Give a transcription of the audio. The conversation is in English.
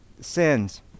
sins